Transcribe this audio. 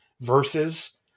Versus